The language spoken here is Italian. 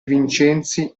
vincenzi